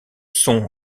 son